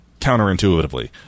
counterintuitively